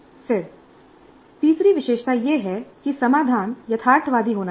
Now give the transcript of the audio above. फिर तीसरी विशेषता यह है कि समाधान यथार्थवादी होना चाहिए